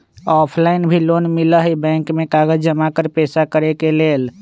Offline भी loan मिलहई bank में कागज जमाकर पेशा करेके लेल?